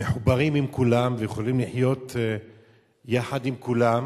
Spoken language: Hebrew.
מחוברים עם כולם, יכולים לחיות יחד עם כולם,